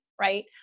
right